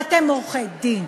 ואתם עורכי-דין,